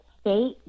State